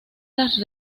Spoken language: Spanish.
las